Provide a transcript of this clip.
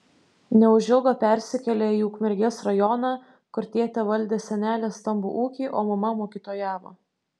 neužilgo persikėlė į ukmergės rajoną kur tėtė valdė senelės stambų ūkį o mama mokytojavo